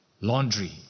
Laundry